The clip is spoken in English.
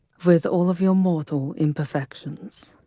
with all of your mortal imperfections.